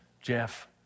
Jeff